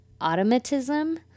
automatism